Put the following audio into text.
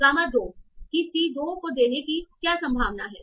gamma 2 की C 2 को देने की क्या संभावना है